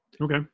Okay